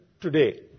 today